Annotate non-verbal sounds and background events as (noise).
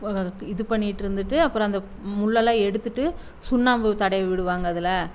(unintelligible) இது பண்ணிட்டிருந்துட்டு அப்புறோம் அந்த முள்ளெல்லாம் எடுத்துட்டு சுண்ணாம்பு தடவி விடுவாங்க அதில்